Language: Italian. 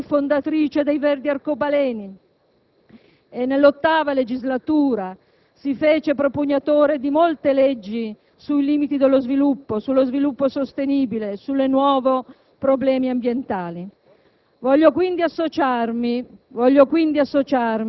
Ricordo agli ambientalisti che Adele fu anche fondatrice dei Verdi Arcobaleno e che nell'VIII legislatura si fece propugnatrice di molte leggi sui limiti dello sviluppo, sullo sviluppo sostenibile e sui nuovi problemi ambientali.